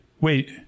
wait